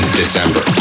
december